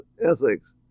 ethics